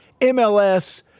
MLS